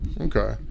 Okay